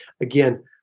again